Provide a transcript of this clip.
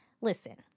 Listen